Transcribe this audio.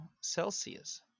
Celsius